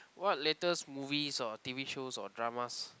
what latest movies or t_v shows or dramas